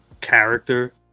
character